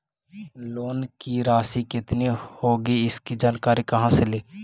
Loan की रासि कितनी होगी इसकी जानकारी कहा से ली?